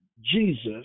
Jesus